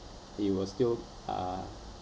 it will still uh